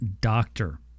Doctor